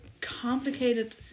complicated